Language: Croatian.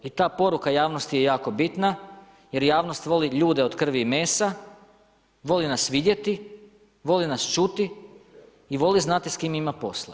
I ta poruka javnosti je jako bitna jer javnost voli ljude od krvi i mesa, voli nas vidjeti, voli nas čuti i voli znati s kim ima posla.